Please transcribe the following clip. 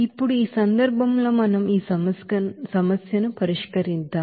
ఇప్పుడు ఈ సందర్భంలో మనం ఈ సమస్యను పరిష్కరిద్దాం